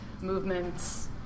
movements